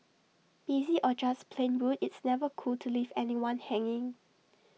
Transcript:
busy or just plain rude it's never cool to leave anyone hanging